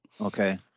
Okay